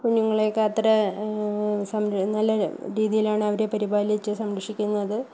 കുഞ്ഞുങ്ങളെയൊക്കെ അത്ര സംരക്ഷണം നല്ല രീതിയിലാണ് അവരെ പരിപാലിച്ച് സംരക്ഷിക്കുന്നത്